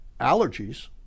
allergies